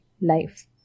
life